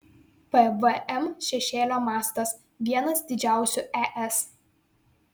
pvm šešėlio mastas vienas didžiausių es